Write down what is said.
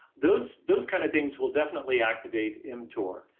those those kind of things will definitely activate mtor.